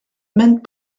meant